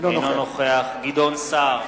אינו נוכח גדעון סער,